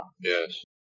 Yes